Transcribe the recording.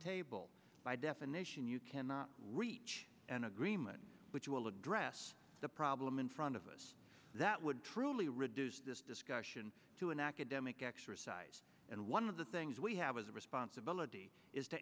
table by definition you cannot reach an agreement which will address the problem in front of us that would truly reduce this discussion to an academic exercise and one of the things we have as a responsibility is t